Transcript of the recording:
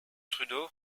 trudeau